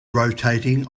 rotating